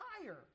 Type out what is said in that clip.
higher